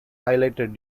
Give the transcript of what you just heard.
highlighted